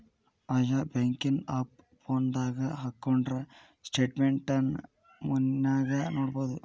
ಆಯಾ ಬ್ಯಾಂಕಿನ್ ಆಪ್ ಫೋನದಾಗ ಹಕ್ಕೊಂಡ್ರ ಸ್ಟೆಟ್ಮೆನ್ಟ್ ನ ಮನ್ಯಾಗ ನೊಡ್ಬೊದು